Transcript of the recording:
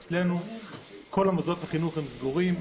אצלנו כל מוסדות החינוך הם סגורים.